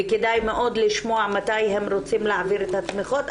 וכדאי מאוד לשמוע מתי הם רוצים להעביר את התמיכות.